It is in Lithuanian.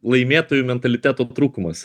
laimėtojų mentaliteto trūkumas